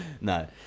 no